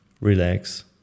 Relax